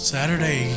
Saturday